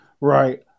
Right